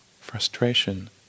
frustration